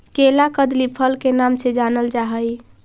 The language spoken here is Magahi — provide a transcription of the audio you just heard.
केला कदली फल के नाम से जानल जा हइ